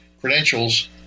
credentials